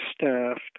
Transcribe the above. staffed